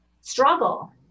struggle